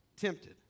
tempted